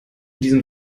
diesen